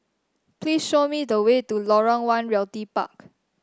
please show me the way to Lorong One Realty Park